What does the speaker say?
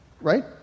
right